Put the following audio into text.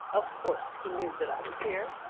of course he knew that i was here.